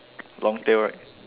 long tail right